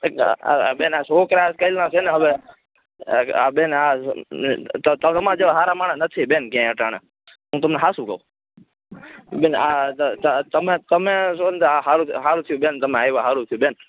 એક આ બેન સોકરા આજકાલના છેને હવે બેન આ તો તમારા જેવા હારા માણહ નથી બેન ક્યાંય અટાણે હું તમને હાસુ કઉ બેન આ તમે તમે સોને તે આ હારું થ્યું બેન તમે આઈવા હારું થ્યું બેન